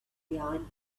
behind